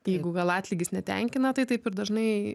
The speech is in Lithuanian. tai jeigu gal atlygis netenkina tai taip ir dažnai